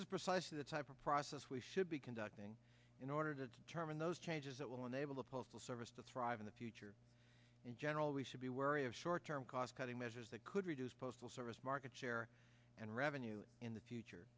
is precisely the type of process we should be conducting in order to determine the the changes that will enable the postal service to thrive in the future in general we should be wary of short term cost cutting measures that could reduce postal service market share and revenue in the future